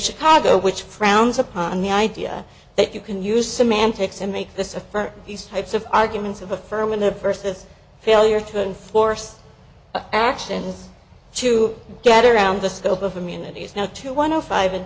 chicago which frowns upon the idea that you can use semantics to make this a for these types of arguments of affirmative versus failure to enforce action to get around the scope of immunity is now two one zero five and